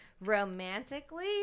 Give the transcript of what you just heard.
romantically